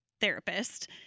therapist